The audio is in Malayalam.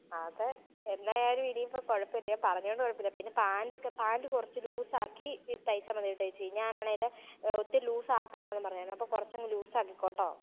അത് എന്നായാലും ഇനി ഇപ്പം കുഴപ്പമില്ല ഞാൻ പറഞ്ഞതുകൊണ്ട് കുഴപ്പമില്ല പിന്നെ പാൻ്റൊക്കെ പാൻ്റ് കുറച്ചു ലൂസ് ആക്കി തയ്ച്ചാൽ മതി കേട്ടോ ചേച്ചി ഞാൻ ആണെങ്കിൽ ഒത്തിരി ലൂസ് ആക്കാതെ എന്ന് പറഞ്ഞിരുന്നു അപ്പം കുറച്ചു ലൂസ് ആക്കിക്കോ കേട്ടോ